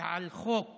שעל חוק